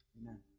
Amen